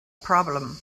problem